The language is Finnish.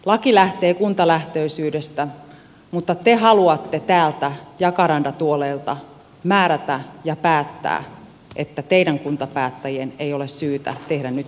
laki lähtee kuntalähtöisyydestä mutta te haluatte täältä jakarandatuoleilta määrätä ja päättää että teidän kuntapäättäjien ei ole syytä tehdä nyt yhtään mitään